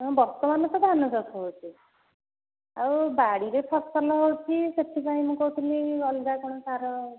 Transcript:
ହଁ ବର୍ତ୍ତମାନ ତ ଧାନ ଚାଷ ହେଉଛି ଆଉ ବାଡ଼ିରେ ଫସଲ ହେଉଛି ମୁଁ ସେଥିପାଇଁ କହୁଥିଲି ଅଲଗା କଣ ସାର ଦେବି ବୋଲି